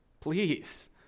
Please